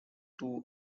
two